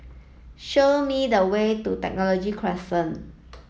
show me the way to Technology Crescent